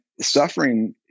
suffering